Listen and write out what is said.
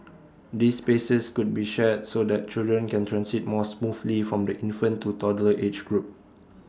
these spaces could be shared so that children can transit more smoothly from the infant to toddler age group